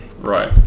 Right